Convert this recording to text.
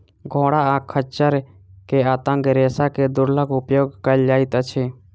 घोड़ा आ खच्चर के आंतक रेशा के दुर्लभ उपयोग कयल जाइत अछि